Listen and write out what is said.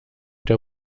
der